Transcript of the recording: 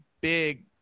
big